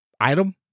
item